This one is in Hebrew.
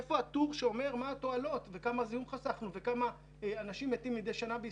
אבל איפה הטור שאומר מה התועלות וכמה זיהום חסכנו וכמה חיי אדם חסכנו.